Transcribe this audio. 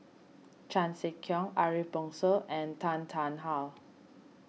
Chan Sek Keong Ariff Bongso and Tan Tarn How